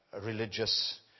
religious